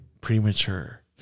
premature